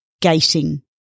Gating